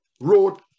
wrote